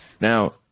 Now